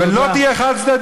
תודה.